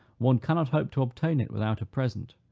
one cannot hope to obtain it without a present.